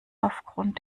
aufgrund